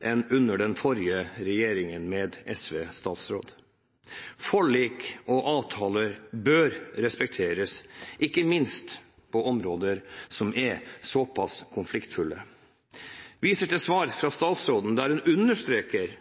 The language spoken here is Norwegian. enn den forrige regjeringen med SV-statsråd. Forlik og avtaler bør respekteres – ikke minst på områder som er såpass konfliktfylte. Jeg viser til brevet fra statsråden, der hun understreker